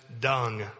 dung